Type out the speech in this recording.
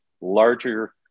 larger